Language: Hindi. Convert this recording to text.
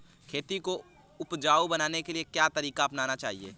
खेती को उपजाऊ बनाने के लिए क्या तरीका अपनाना चाहिए?